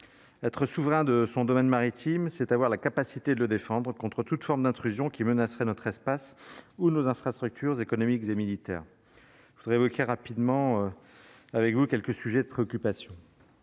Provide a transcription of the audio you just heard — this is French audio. être souverain de son domaine maritime, c'est avoir la capacité de le défendre contre toute forme d'intrusion qui menacerait notre espace où nos infrastructures économiques et militaires, je voudrais évoquer rapidement avec vous quelques sujets très occupation.